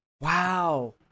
wow